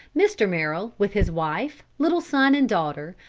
mr. merrill, with his wife, little son and daughter,